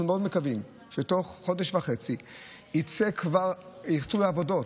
מאוד מקווים שתוך חודש וחצי יצאו כבר לעבודות,